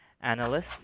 Analysts